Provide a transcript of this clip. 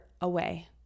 away